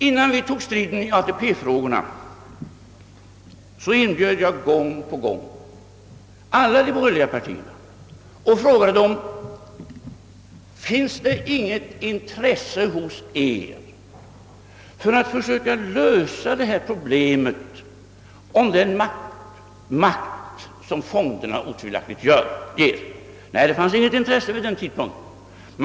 Innan vi tog striden i ATP frågorna frågade jag gång på gång alla de borgerliga partierna: Finns det inget intresse hos er att försöka lösa problemet om den makt, som fonderna otvivelaktigt innebär? Nej, det fanns inget intresse för detta vid den tidpunkten.